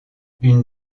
une